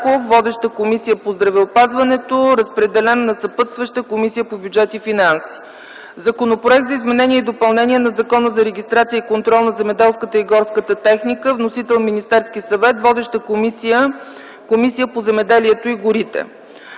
Водеща – Комисията по здравеопазването. Разпределен е на съпътстваща комисия – по бюджет и финанси. Законопроект за изменение и допълнение на Закона за регистрация и контрол на земеделската и горската техника. Вносител – Министерският съвет. Водеща – Комисията по земеделието и горите.